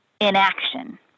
inaction